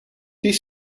die